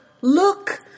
look